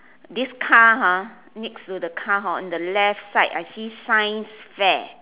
this car ha next to the car hor on the left side I see science fair